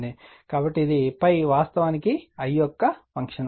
కాబట్టి ఇది ∅ వాస్తవానికి I యొక్క ఫంక్షన్